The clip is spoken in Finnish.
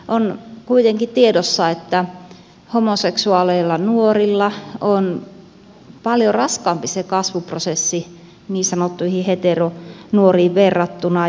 on kuitenkin tiedossa että homoseksuaaleilla nuorilla se kasvuprosessi on paljon raskaampi niin sanottuihin heteronuoriin verrattuna